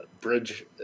bridge